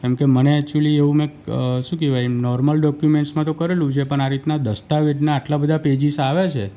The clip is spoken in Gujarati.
કેમકે મને એકચ્યુલિ એવું મેં શું કહેવાય નોર્મલ ડોક્યુમેન્ટ્સમાં તો કરેલું છે પણ આ રીતના દસ્તાવેજના આટલા બધા પેજિસ આવે છે